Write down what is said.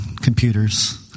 Computers